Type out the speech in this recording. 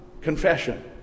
confession